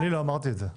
אני לא אמרתי את זה.